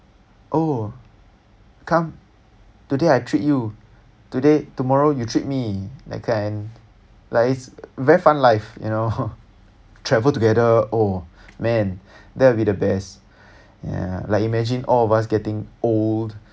oh come today I treat you today tomorrow you treat me that kind like it's very fun life you know travel together oh man that will be the best yeah like imagine all of us getting old